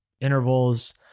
intervals